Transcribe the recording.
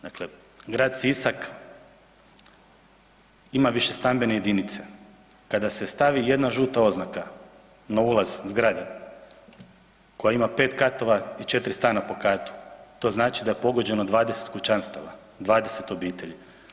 Dakle, grad Sisak ima višestambene jedinice, kada se stani jedna žuta oznaka na ulaz zgrade koja ima 5 katova i 4 stana po katu, to znači da je pogođeno 20 kućanstava, 20 obitelji.